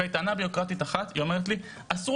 טענה בירוקרטית אחת היא אומרת לי 'אסור